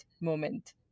moment